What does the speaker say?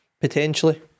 potentially